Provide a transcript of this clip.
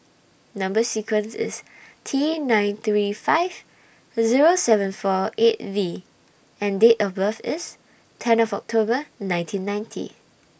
Number sequence IS T nine three five Zero seven four eight V and Date of birth IS ten of October nineteen ninety